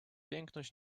piękność